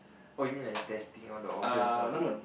oh you mean like is testing all the organs all ah